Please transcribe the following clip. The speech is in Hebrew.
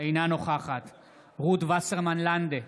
אינה נוכחת רות וסרמן לנדה,